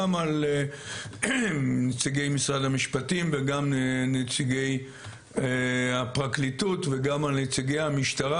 על נציגי משרד המשפטים וגם על נציגי הפרקליטות וגם על נציגי המשטרה,